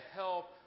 help